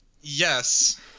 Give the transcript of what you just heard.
Yes